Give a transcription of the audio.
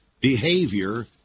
behavior